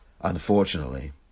unfortunately